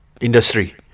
Industry